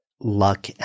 luck